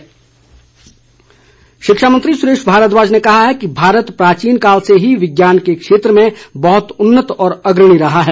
सुरेश भारद्वाज शिक्षा मंत्री सुरेश भारद्वाज ने कहा है कि भारत प्राचीनकाल से ही विज्ञान के क्षेत्र में बहुत उन्नत व अग्रणी रहा है